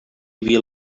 havia